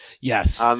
Yes